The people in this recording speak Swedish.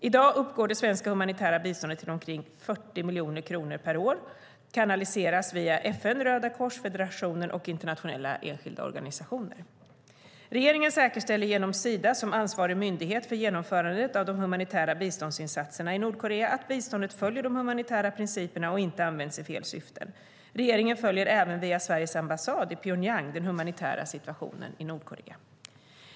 I dag uppgår det svenska humanitära biståndet till omkring 40 miljoner kronor per år och kanaliseras via FN, Rödakorsfederationen och internationella enskilda organisationer. Regeringen säkerställer genom Sida, som ansvarig myndighet för genomförandet av de humanitära biståndsinsatserna i Nordkorea, att biståndet följer de humanitära principerna och inte används i fel syften. Regeringen följer även via Sveriges ambassad i Pyongyang den humanitära situationen i Nordkorea.